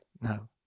No